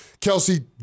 Kelsey